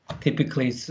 Typically